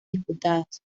disputadas